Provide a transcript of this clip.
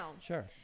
Sure